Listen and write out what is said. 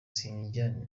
sinjya